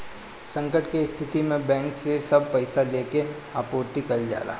संकट के स्थिति में बैंक से सब पईसा लेके आपूर्ति कईल जाला